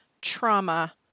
trauma